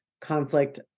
conflict